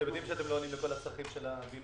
אתם יודעים שאתם לא עונים לכל הצרכים של הבינוי.